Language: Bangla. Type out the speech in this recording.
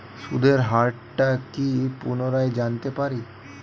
সুদের হার টা কি পুনরায় জানতে পারি?